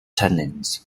tannins